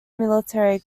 military